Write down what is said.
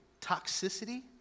toxicity